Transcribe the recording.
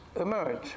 emerge